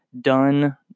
done